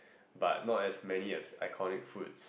but not as many as iconic foods